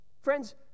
Friends